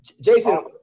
Jason